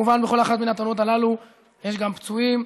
כמובן, בכל אחת מהתאונות הללו יש גם פצועים,